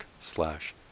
slash